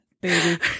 baby